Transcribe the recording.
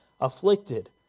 afflicted